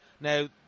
Now